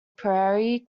prairie